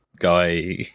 guy